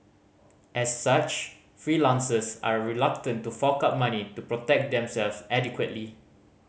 as such freelancers are reluctant to fork out money to protect themselves adequately